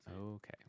Okay